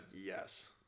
yes